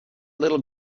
little